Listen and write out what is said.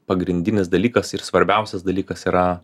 pagrindinis dalykas ir svarbiausias dalykas yra